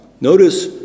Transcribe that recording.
notice